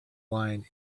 line